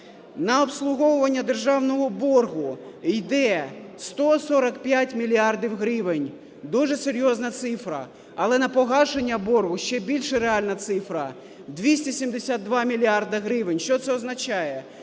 На обслуговування державного боргу йде 145 мільярдів гривень, дуже серйозна цифра. Але на погашення боргу ще більше реальна цифра – 272 мільярда гривень. Що це означає?